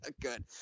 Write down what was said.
Good